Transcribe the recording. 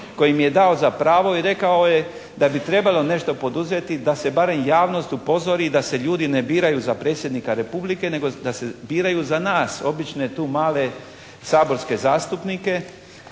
koji mi je dao za pravo i rekao je da bi trebalo nešto poduzeti da se barem javnost upozori da se ljudi ne biraju za predsjednika Republike, nego da se biraju za nas obične, tu male saborske zastupnike